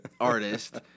artist